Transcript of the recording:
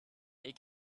you